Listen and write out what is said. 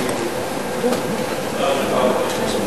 חבר הכנסת מוזס.